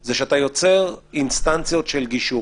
היא שאתה יוצר אינסטנציות של גישור.